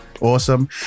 Awesome